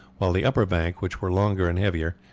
while the upper bank, which were longer and heavier,